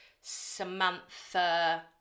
Samantha